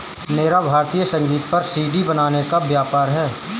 मेरा भारतीय संगीत पर सी.डी बनाने का व्यापार है